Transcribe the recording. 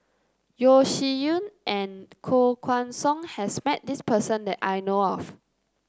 Yeo Shih Yun and Koh Guan Song has met this person that I know of